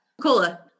cola